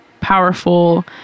powerful